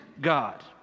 God